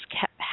kept